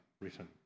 written